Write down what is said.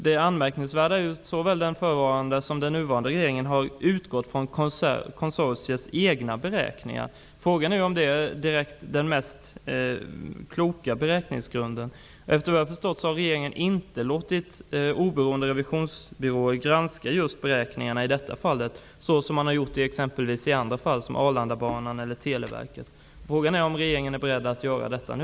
Det anmärkningsvärda är att såväl den förutvarande som den nuvarande regeringen har utgått från konsortiets egna beräkningar. Frågan är om beräkningsgrunden är den mest kloka. Såvitt jag har förstått har regeringen inte låtit oberoende revisionsbyråer granska beräkningarna i just detta fall såsom man har gjort i andra fall som exempelvis Arlandabanan eller Televerket. Är regeringen beredd att göra detta nu?